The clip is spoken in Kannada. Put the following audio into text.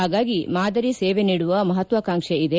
ಹಾಗಾಗಿ ಮಾದರಿ ಸೇವೆ ನೀಡುವ ಮಹತ್ವಾಕಾಂಕ್ಷೆ ಇದೆ